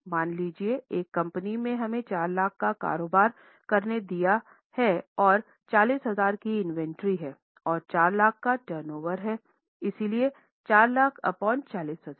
मान लीजिए एक कंपनी ने हमें 4 लाख का कारोबार करने दिया है और 40000 की इन्वेंट्री हैं और 4 लाख का टर्नओवर हैं इसलिए 4 लाख अपॉन 40000